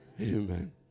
amen